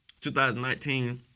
2019